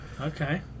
Okay